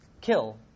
kill